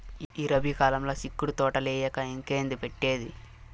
ఈ రబీ కాలంల సిక్కుడు తోటలేయక ఇంకేంది పెట్టేది